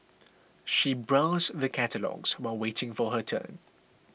she browsed through the catalogues while waiting for her turn